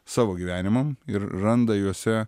savo gyvenimam ir randa juose